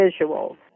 visuals